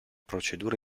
procedure